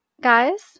guys